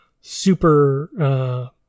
super